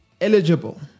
Eligible